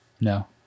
No